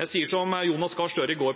Jeg sier som Jonas Gahr Støre sa i går: